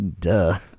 duh